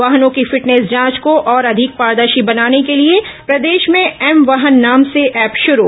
वाहनों की फिटनेस जांच को और अधिक पारदर्शी बनाने के लिए प्रदेश में एम वाहन नाम से ऐप शुरू